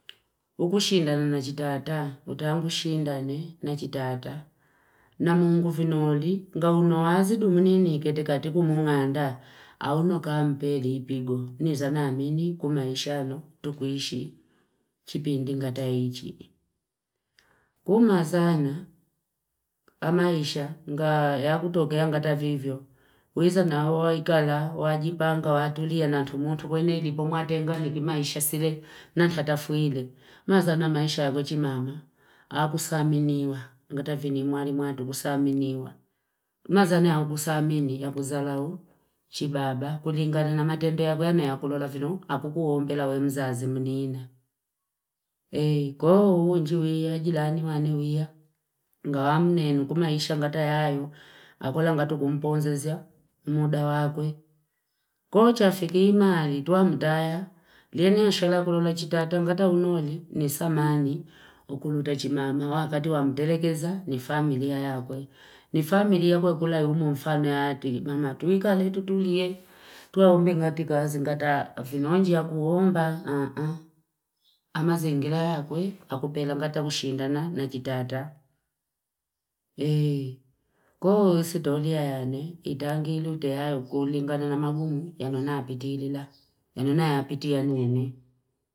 Ukushindana na jitata, utangushindana na jitata. Na mungu vinoli, nga unowazidu mneni kete kati kumunganda, au no kaa mpeli ipigo, nizana amini kumaisha no tukuishi, chi pindi nga tayiji. Kuma zana, kamaisha, nga ya kutogea nga tavivyo, weza na hoi kala, wajibanga watulia na tumutu, kuweli mutu watengana maisha sile nankata fuili wezana maisha chimamaa akusaminiwa katafi mwalu mwandu ngusaminiwa nazania kusaminiwa akuzalau chibaba kulingana na matendo yakwi yakunona vilu akukuombila we mzazi mnina kwaoo njeveei jirani wanewiangawa mnenu kumaisha ngata yayo akola ngatu kumpozeza uloda wakwe koo chafikili nani twamdaya nino sayala chita tangata unoni ni samani ikuluta chimama wakati wa mtelekeza ni familia yakwe ni familia kwakolya ni mfano waki tumika tutulie twaumbi ngati kazi ngataa vinonji akuomba amazingira akwe akupenda ngata kushindana ni chi tata koo sitoria yani itangilu tehayo kulingana na magumu ya mana pitilila yanonahapiti ya nene.